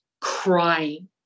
crying